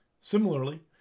Similarly